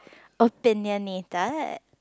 opinionated